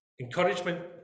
encouragement